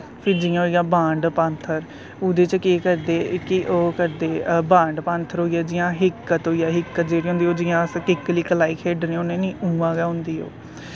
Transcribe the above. फिर जियां होइया बांड पान्थर उह्दे च केह् करदे कि ओह् करदे बांड पान्थर होइया जियां हिक्कत होइया हिक्कत जेह्ड़ी होंदी ओह् जियां अस किक्कलाई खेढने होन्ने नी उं'आं गै होंदी ओह्